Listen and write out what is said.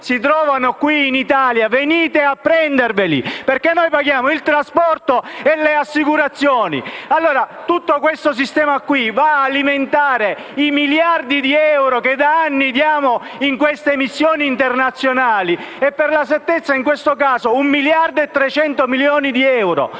«Si trovano qui in Italia, venite a prenderveli». Perché noi paghiamo il trasporto e le assicurazioni. Tutto questo sistema va ad alimentare i miliardi di euro che da anni diamo in queste missioni internazionali; per l'esattezza, in questo caso si tratta di 1,3 miliardi di euro.